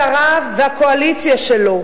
שריו והקואליציה שלו.